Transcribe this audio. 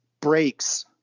breaks